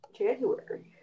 January